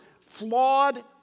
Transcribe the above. flawed